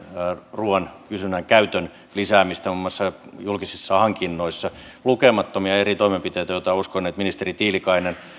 ruuan kysynnän ja käytön lisäämistä muun muassa julkisissa hankinnoissa lukemattomia eri toimenpiteitä joita uskon että ministeri tiilikainen